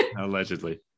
Allegedly